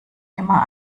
immer